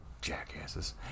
Jackasses